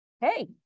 hey